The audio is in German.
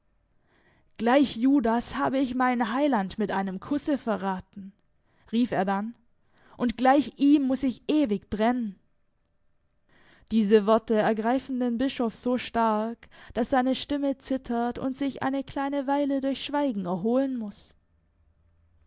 gleich judas habe ich meinen heiland mit einem kusse verraten rief er dann und gleich ihm muß ich ewig brennen diese worte ergreifen den bischof so stark daß seine stimme zittert und sich eine kleine weile durch schweigen erholen muß